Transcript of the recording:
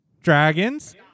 Dragons